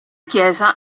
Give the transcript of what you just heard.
chiesa